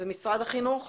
במשרד החינוך.